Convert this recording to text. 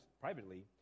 privately